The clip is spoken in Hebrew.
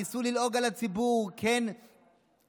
ניסו ללעוג לציבור: כן חד-פעמי,